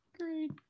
Great